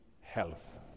health